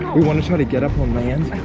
we want to try to get up on land.